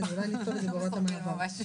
אולי נכתוב את זה בהוראות המעבר.